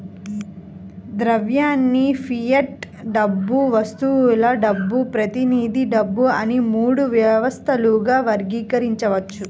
ద్రవ్యాన్ని ఫియట్ డబ్బు, వస్తువుల డబ్బు, ప్రతినిధి డబ్బు అని మూడు వ్యవస్థలుగా వర్గీకరించవచ్చు